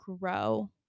grow